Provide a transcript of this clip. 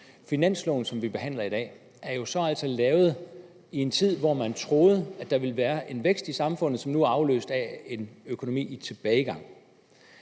Finansloven, som vi behandler i dag, er jo altså så lavet i en tid, hvor man troede, at der ville være en vækst i samfundet, som nu er afløst af en økonomi i tilbagegang.